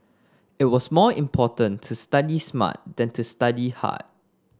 it was more important to study smart than to study hard